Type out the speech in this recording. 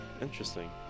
Interesting